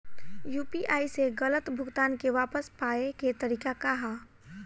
UPI से गलत भुगतान के वापस पाये के तरीका का ह?